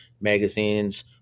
magazines